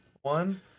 one –